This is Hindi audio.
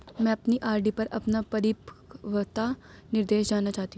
मैं अपनी आर.डी पर अपना परिपक्वता निर्देश जानना चाहती हूँ